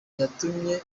yatumye